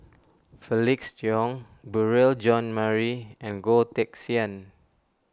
Felix Cheong Beurel Jean Marie and Goh Teck Sian